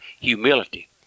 humility